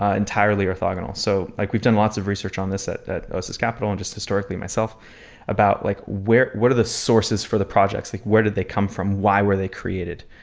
ah entirely orthogonal. so like we've done lots of research on this at at oss capital and just historically myself about like what are the sources for the projects. like where did they come from? why were they created?